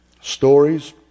stories